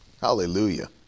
Hallelujah